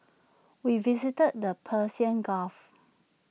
we visited the Persian gulf